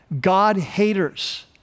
God-haters